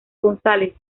gonzález